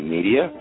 Media